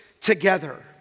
together